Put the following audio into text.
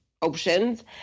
options